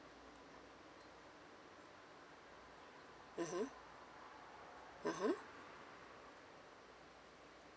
mmhmm mmhmm